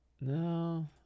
No